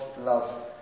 love